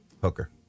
Hooker